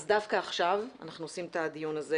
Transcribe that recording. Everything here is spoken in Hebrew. אז דווקא עכשיו אנחנו עושים את הדיון הזה,